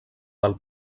del